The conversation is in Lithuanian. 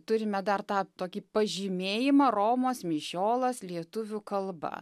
turime dar tą tokį pažymėjimą romos mišiolas lietuvių kalba